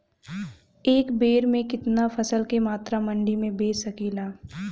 एक बेर में कितना फसल के मात्रा मंडी में बेच सकीला?